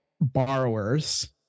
borrowers